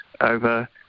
over